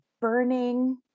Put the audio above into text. burning